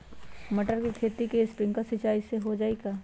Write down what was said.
मटर के खेती स्प्रिंकलर सिंचाई से हो जाई का?